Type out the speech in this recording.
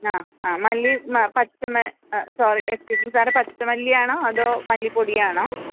ആ ആ മല്ലി സോറി എക്സ്ക്യൂസ് മി സാറെ പച്ചമല്ലിയാണോ അതോ മല്ലിപ്പൊടിയാണോ